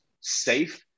safe